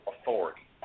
authority